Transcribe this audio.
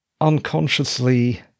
unconsciously